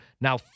Now